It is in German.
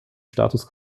status